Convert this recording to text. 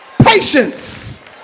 patience